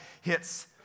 hits